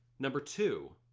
number two,